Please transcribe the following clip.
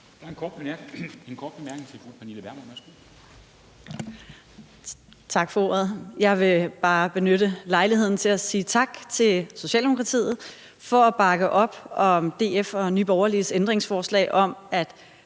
Værsgo. Kl. 10:25 Pernille Vermund (NB): Tak for ordet. Jeg vil bare benytte lejligheden til at sige tak til Socialdemokratiet for at bakke op om DF og Nye Borgerliges ændringsforslag om, at